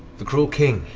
the cruel king.